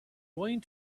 going